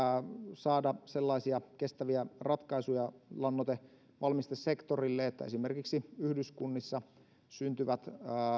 saada sellaisia kestäviä ratkaisuja lannoitevalmistesektorille että esimerkiksi yhdyskunnissa syntyvät